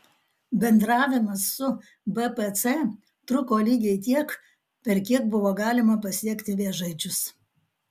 bendravimas su bpc truko lygiai tiek per kiek buvo galima pasiekti vėžaičius